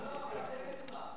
גם לפי החוק.